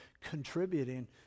contributing